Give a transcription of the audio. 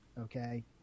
Okay